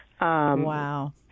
Wow